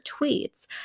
tweets